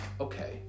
okay